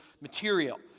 material